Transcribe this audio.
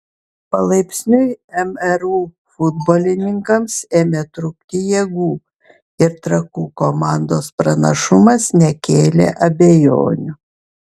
palaipsniui mru futbolininkams ėmė trukti jėgų ir trakų komandos pranašumas nekėlė abejonių